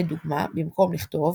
לדוגמה, במקום לכתוב